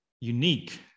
unique